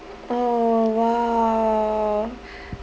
oh !wow!